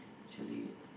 actually